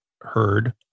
Heard